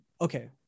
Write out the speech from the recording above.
okay